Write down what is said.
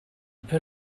put